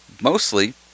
mostly